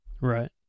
Right